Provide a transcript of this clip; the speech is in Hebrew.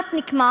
מניעת נקמה